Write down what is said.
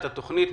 את התוכנית.